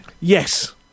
Yes